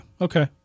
Okay